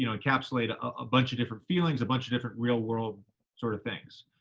you know encapsulates a bunch of different feelings, a bunch of different real world sort of things.